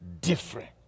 different